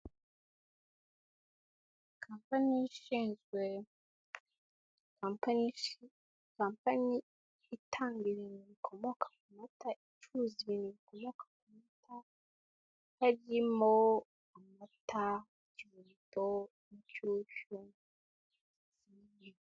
Kampani ishinzwe gutanga itanga ibintu bikomoka ku mata icuruza ibintu bikomoka ku mata haririmo amata nk'ivuguto n'inshyushyu.